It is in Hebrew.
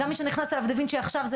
גם מי שנכנס אליו דה וינצ'י עכשיו זה